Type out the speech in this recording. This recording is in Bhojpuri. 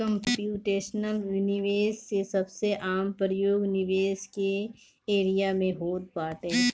कम्प्यूटेशनल निवेश के सबसे आम प्रयोग निवेश के एरिया में होत बाटे